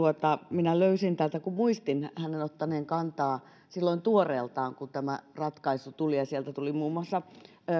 minä löysin täältä tämän kun muistin hänen ottaneen kantaa silloin tuoreeltaan kun tämä ratkaisu tuli sieltä tuli muun muassa